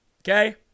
Okay